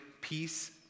peace